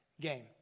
game